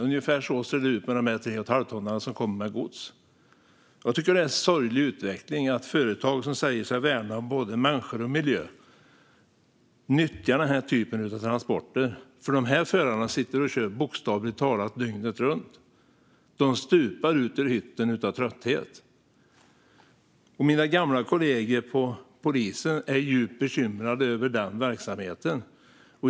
Ungefär så ser ut med 3,5-tonnarna som kommer med gods. Jag tycker att det är en sorglig utveckling att företag som säger sig värna både människor och miljö nyttjar denna typ av transporter. Förarna sitter ju och kör bokstavligt talat dygnet runt. De stupar ut ur hytten av trötthet. Mina gamla kollegor i polisen är djupt bekymrade över den verksamheten.